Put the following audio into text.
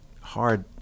hard